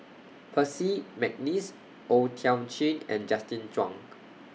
Percy Mcneice O Thiam Chin and Justin Zhuang